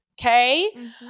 Okay